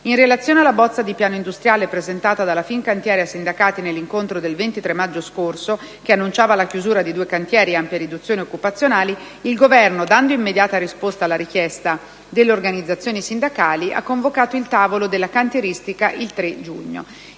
In relazione alla bozza di piano industriale presentata dalla Fincantieri ai sindacati nell'incontro del 23 maggio scorso, che annunciava la chiusura di due cantieri e ampie riduzioni occupazionali, il Governo, dando immediata risposta alla richiesta delle organizzazioni sindacali, ha convocato il tavolo della cantieristica il 3 giugno.